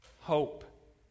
hope